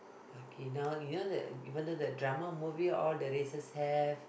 okay now you know that even though the drama movie all the races have